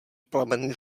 plamen